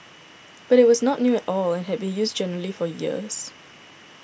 but it was not new at all and had been used generally for years